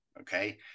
okay